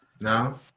No